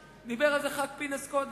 דיבר על כך קודם חבר הכנסת פינס,